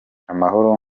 amahoro